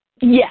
Yes